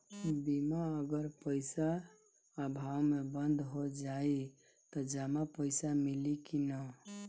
बीमा अगर पइसा अभाव में बंद हो जाई त जमा पइसा मिली कि न?